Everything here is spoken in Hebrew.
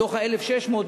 מתוך ה-1,600,